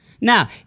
Now